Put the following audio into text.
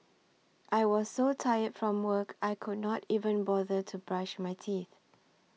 I was so tired from work I could not even bother to brush my teeth